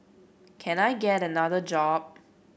can I get another job